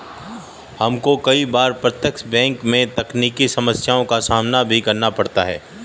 हमको कई बार प्रत्यक्ष बैंक में तकनीकी समस्याओं का सामना भी करना पड़ता है